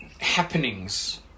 happenings